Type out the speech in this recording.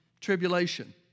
tribulation